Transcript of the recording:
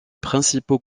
principaux